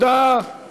זה מהצד הרוסי.